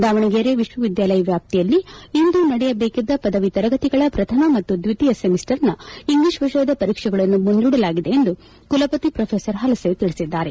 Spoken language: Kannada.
ದಾವಣಗೆರೆ ವಿಶ್ವವಿದ್ದಾಲಯ ವ್ಯಾಪ್ತಿಯಲ್ಲಿ ಇಂದು ನಡೆಯಬೇಕಿದ್ದ ಪದವಿ ತರಗತಿಗಳ ಪ್ರಥಮ ಮತ್ತು ದ್ವಿತೀಯ ಸೆಮಿಸ್ಟರ್ನ ಇಂಗ್ಲೀಷ್ ವಿಷಯದ ಪರೀಕ್ಷೆಗಳನ್ನು ಮುಂದೂಡಲಾಗಿದೆ ಎಂದು ಕುಲಪತಿ ಪ್ರೊಫೆಸರ್ ಹಲಸೆ ತಿಳಿಸಿದ್ದಾರೆ